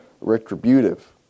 retributive